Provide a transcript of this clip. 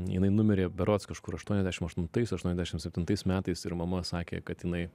jinai numirė berods kažkur aštuoniasdešim aštuntais aštuoniasdešim septintais metais ir mama sakė kad jinai